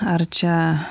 ar čia